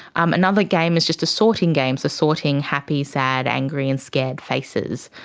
um another game is just a sorting game, so sorting happy, sad, angry and scared faces.